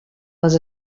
les